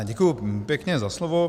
Děkuji pěkně za slovo.